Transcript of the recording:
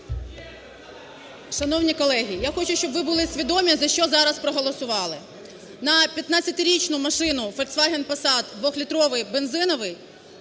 Шановні колеги, я хочу, щоб ви були свідомі, за що зараз проголосували: на 15-річну машину "Фольксваген Пасат" двохлітровий бензиновий